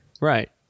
Right